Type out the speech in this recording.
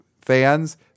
fans